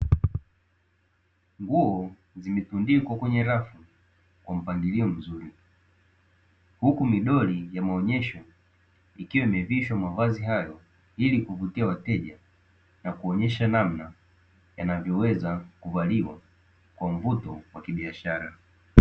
Nguo zimetundikwa kwenye rafu kwa mpangilio mzuri huku midoli ya maonyesho ikiwa imevishwa mavazi hayo, ili kuvutia wateja na kuonyesha namna inavyoweza kuvaliwa kwa mvuto wa biashara.